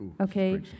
okay